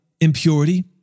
impurity